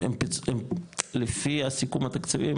הם לפי הסיכום התקציבי,